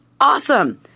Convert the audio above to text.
awesome